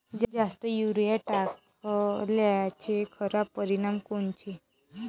जास्त युरीया टाकल्याचे खराब परिनाम कोनचे?